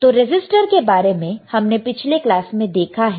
तो रेसिस्टर के बारे में हमने पिछले क्लास में देखा है